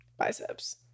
biceps